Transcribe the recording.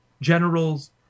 generals